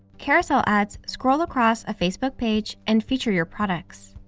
carousel ads scroll across a facebook page and feature your products.